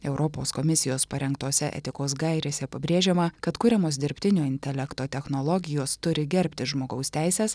europos komisijos parengtose etikos gairėse pabrėžiama kad kuriamos dirbtinio intelekto technologijos turi gerbti žmogaus teises